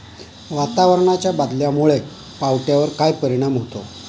वातावरणाच्या बदलामुळे पावट्यावर काय परिणाम होतो?